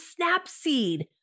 Snapseed